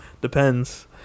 depends